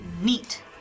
Neat